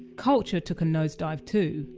culture took a nosedive too.